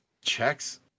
checks